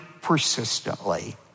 persistently